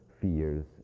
fears